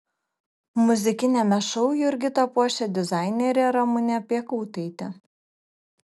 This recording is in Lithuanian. muzikiniame šou jurgitą puošia dizainerė ramunė piekautaitė